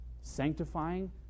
sanctifying